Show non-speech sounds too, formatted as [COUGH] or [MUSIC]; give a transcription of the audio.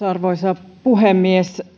[UNINTELLIGIBLE] arvoisa puhemies